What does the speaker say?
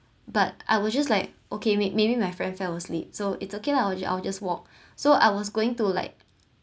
but I was just like okay wait maybe my friend fell asleep so it's okay lah I will I will just walk so I was going to like